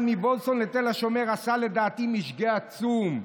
מוולפסון לתל השומר עשה לדעתי משגה עצום.